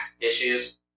issues